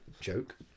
Joke